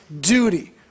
duty